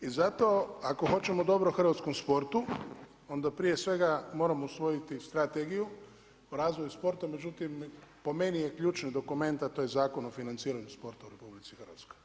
I zato ako hoćemo dobro hrvatskom sportu onda prije svega moramo usvojiti strategiju o razvoju sporta, međutim po meni je ključni dokument, a to je Zakon o financiranju sporta u RH.